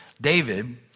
David